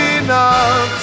enough